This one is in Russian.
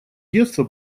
детство